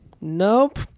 Nope